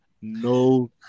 No